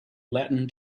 latin